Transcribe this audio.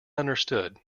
understood